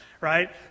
right